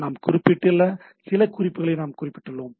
நான் குறிப்பிட்டுள்ள சில குறிப்புகளை நாங்கள் குறிப்பிட்டுள்ளோம்